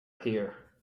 here